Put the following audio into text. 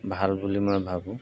ভাল বুলি মই ভাবোঁ